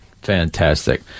Fantastic